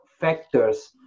factors